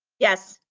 yes.